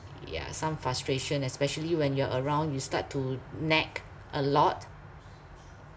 yeah some frustration especially when you are around you start to nag a lot